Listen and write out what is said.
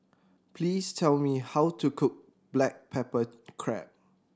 please tell me how to cook black pepper crab